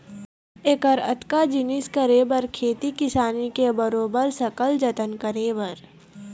ऐकर अतका जिनिस करे बर खेती किसानी के बरोबर सकल जतन करे बर